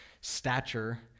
stature